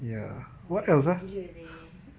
!wah! rindu gila seh